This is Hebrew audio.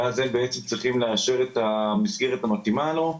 ואז הם צריכים לאשר את המסגרת המתאימה לו.